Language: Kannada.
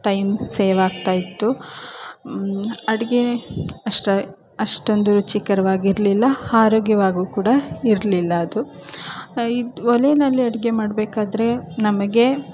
ಟೈಮ್ ಸೇವಾಗ್ತಾಯಿತ್ತು ಅಡುಗೆ ಅಷ್ಟೆ ಅಷ್ಟೊಂದು ರುಚಿಕರವಾಗಿರಲಿಲ್ಲ ಆರೋಗ್ಯವಾಗೂ ಕೂಡ ಇರಲಿಲ್ಲ ಅದು ಇದು ಒಲೆಯಲ್ಲಿ ಅಡುಗೆ ಮಾಡಬೇಕಾದ್ರೆ ನಮಗೆ